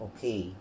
Okay